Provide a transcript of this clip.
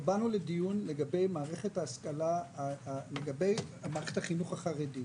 לדיון לגבי מערכת החינוך החרדית.